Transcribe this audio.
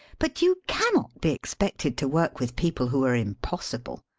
but you can not be expected to work with people who are im possible.